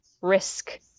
risk